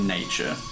nature